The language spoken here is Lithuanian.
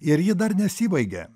ir ji dar nesibaigė